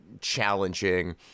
challenging